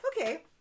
Okay